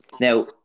Now